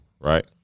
right